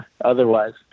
otherwise